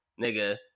nigga